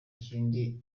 kindi